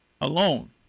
alone